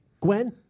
Gwen